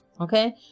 Okay